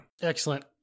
Excellent